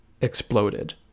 exploded